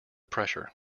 pressure